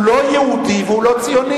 הוא לא יהודי והוא לא ציוני.